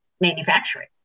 manufacturing